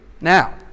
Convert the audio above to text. Now